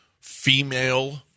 female